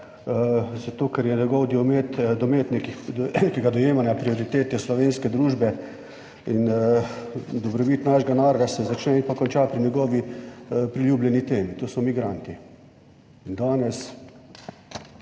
zato ker je njegov domet nekega dojemanja prioritete slovenske družbe in dobrobit našega naroda, se začne in konča pri njegovi priljubljeni temi, to so migranti.